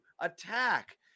attack